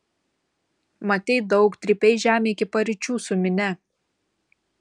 matei daug trypei žemę iki paryčių su minia